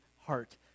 heart